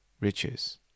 riches